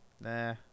Nah